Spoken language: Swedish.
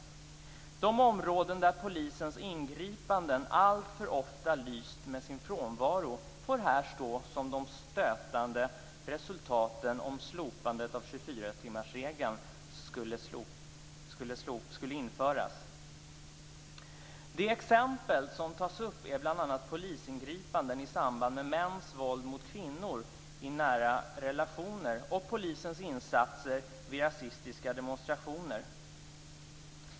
De områden där polisens ingripanden alltför ofta lyst med sin frånvaro får här stå som de stötande resultaten om slopandet av 24-timmarsregeln skulle bli av. De exempel som tas upp är bl.a. polisingripanden i samband med mäns våld mot kvinnor i nära relationer och polisens insatser vid rasistiska demonstrationer.